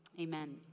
amen